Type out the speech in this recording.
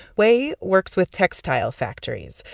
wei works with textile factories,